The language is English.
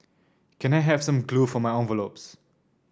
can I have some glue for my envelopes